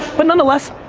but none the less,